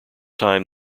time